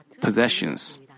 possessions